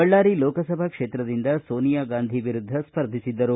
ಬಳ್ಳಾರಿ ಲೋಕಸಭಾ ಕ್ಷೇತ್ರದಿಂದ ಸೋನಿಯಾಗಾಂಧಿ ವಿರುದ್ದ ಸ್ವರ್ಧಿಸಿದ್ದರು